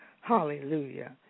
Hallelujah